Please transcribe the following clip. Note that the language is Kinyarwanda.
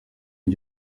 iki